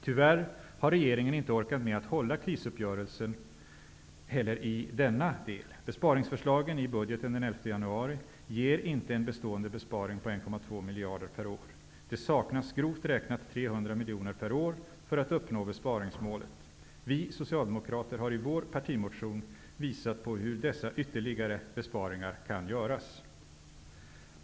Tyvärr har regeringen inte heller i denna del orkat med att hålla fast vid krisuppgörelsen. Besparingsförslagen i budgeten den 11 januari ger inte en bestående besparing på 1,2 miljarder per år. Det saknas grovt räknat 300 miljoner per år för att uppnå besparingsmålet. Vi socialdemokrater har i vår partimotion visat på hur dessa ytterligare besparingar kan göras.